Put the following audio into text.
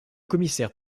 commissaire